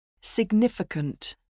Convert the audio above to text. Significant